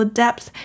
depth